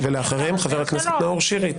ואחריה חבר הכנסת נאור שירי.